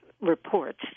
reports